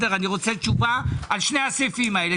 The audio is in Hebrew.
אני רוצה תשובה על שני הסעיפים האלה.